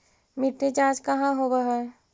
मिट्टी जाँच कहाँ होव है?